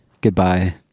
Goodbye